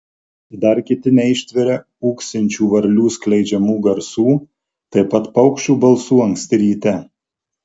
dar kiti neištveria ūksinčių varlių skleidžiamų garsų taip pat paukščių balsų anksti ryte